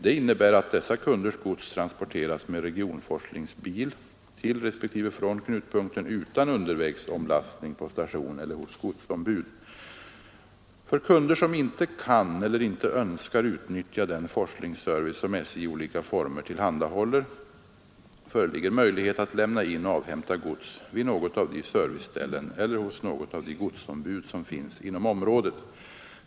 Detta innebär att dessa kunders gods transporteras med regionforslingsbil till respektive från knutpunkten utan undervägsomlastning på station eller hos godsombud. För kunder som inte kan eller inte önskar utnyttja den forslingsservice som SJ i olika former tillhandahåller föreligger möjlighet att lämna in och avhämta gods vid något av de serviceställen eller hos något av de godsombud som finns inom området.